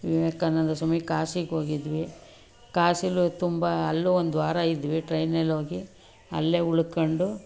ವಿವೇಕಾನಂದ ಸ್ವಾಮಿ ಕಾಶಿಗೆ ಹೋಗಿದ್ವಿ ಕಾಶಿಲೂ ತುಂಬ ಅಲ್ಲೂ ಒಂದು ವಾರ ಇದ್ವಿ ಟ್ರೈನಲ್ಲೋಗಿ ಅಲ್ಲೇ ಉಳ್ಕೊಂಡು